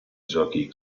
giochi